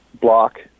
block